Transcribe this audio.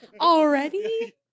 Already